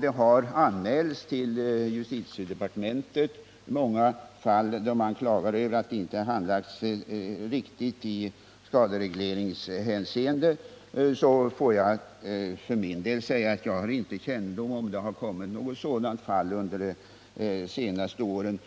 det till justitiedepartementet kommit många anmälningar där man klagar över att ärendet inte handlagts riktigt i skaderegleringshänseende måste jag för min del svara att jag inte har kännedom om huruvida det förekommit något sådant fall under de senaste åren.